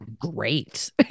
great